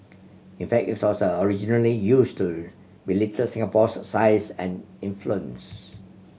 in fact it was originally used to belittle Singapore's size and influence